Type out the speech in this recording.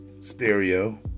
Stereo